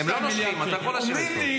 אומרים לי --- הם לא נושכים, אתה יכול לשבת פה.